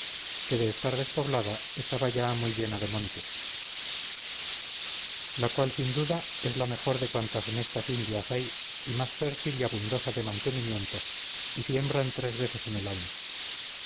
que de estar despoblada estaba ya muy llena de monte la cual sin duda es la mejor de cuantas en estas indias hay y más fértil y abundosa de mantenimientos y siembran tres veces en el año